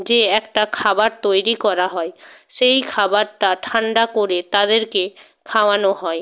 যে একটা খাবার তৈরি করা হয় সেই খাবারটা ঠান্ডা করে তাদেরকে খাওয়ানো হয়